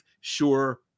sure